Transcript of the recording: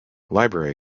library